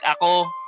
ako